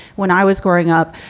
when i was growing up,